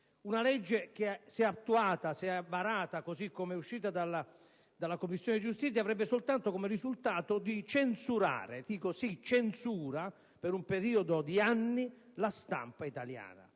Una legge che, se attuata, se varata così come uscita dalla Commissione giustizia, avrebbe soltanto come risultato di censurare - sì, dico censurare - per un periodo di anni la stampa italiana